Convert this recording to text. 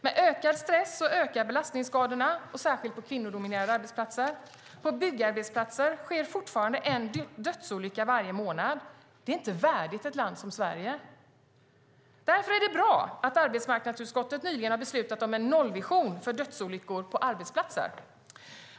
Med ökad stress ökar belastningsskadorna, och särskilt på kvinnodominerade arbetsplatser. På byggarbetsplatser sker fortfarande en dödsolycka varje månad. Det är inte värdigt ett land som Sverige. Därför är det bra att arbetsmarknadsutskottet nyligen har beslutat om en nollvision för dödsolyckor på arbetsplatser.